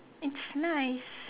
it's nice